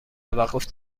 توقف